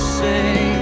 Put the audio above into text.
say